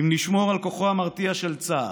אם נשמור על כוחו המרתיע של צה"ל,